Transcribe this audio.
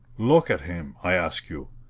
look at him, i ask you!